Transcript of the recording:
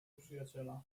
przyjaciela